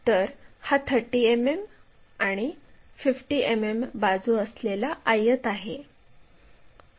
तर हा 30 मिमी आणि 50 मिमी बाजू असलेला आयत आहे